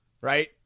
right